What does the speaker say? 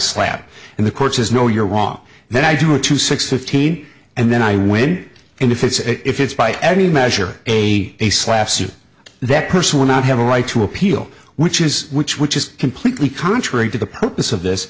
slap in the courts is no you're wrong then i do it to six fifteen and then i win and if it's as if it's by any measure a a slap suit that person would not have a right to appeal which is which which is completely contrary to the purpose of this